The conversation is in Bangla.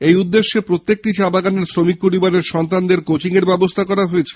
সেই উদ্দেশ্যে প্রতিটি চা বাগানের শ্রমিক পরিবারের সন্তানদের কোচিং এর ব্যবস্থা করা হয়েছে